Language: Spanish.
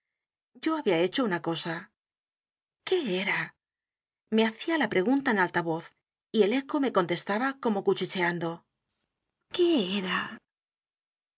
yo había hecho una cosa q u é era me hacía la p r e g u n t a en alta voz y el eco me contestaba como cuchicheando qué era